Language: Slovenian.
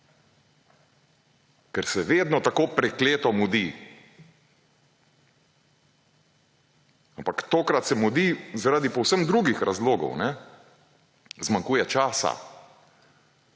ker se vedno tako prekleto mudi, ampak tokrat se mudi zaradi povsem drugih razlogov, zmanjkuje časa